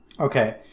Okay